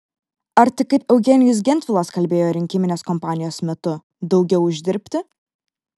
ar tik kaip eugenijus gentvilas kalbėjo rinkiminės kompanijos metu daugiau uždirbti